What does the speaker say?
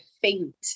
faint